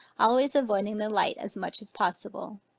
always avoiding the light as much as possible.